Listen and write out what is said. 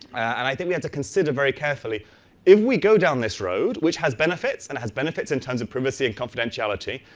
and i think you have to consider very carefully if we go down this road, which has benefits and has benefits in terms of privacy and confidentiality,